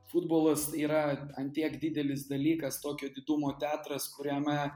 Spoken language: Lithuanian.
futbolas yra an tiek didelis dalykas tokio didumo teatras kuriame